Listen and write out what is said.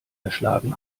erschlagen